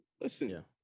listen